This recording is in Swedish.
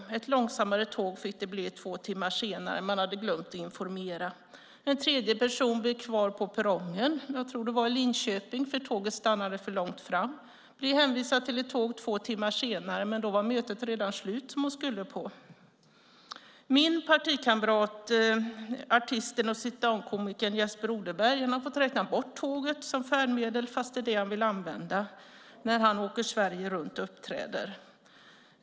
Det fick bli ett långsammare tåg två timmar senare, och man hade glömt att informera. En tredje person blev kvar på perrongen - jag tror det var i Linköping - för att tåget stannade för långt fram. Hon blev hänvisad till ett tåg två timmar senare, men då var mötet som hon skulle på redan slut. Min partikamrat artisten och sitdownkomikern Jesper Odelberg har fått räkna bort tåget som färdmedel fast det är det han vill använda när han åker Sverige runt och uppträder.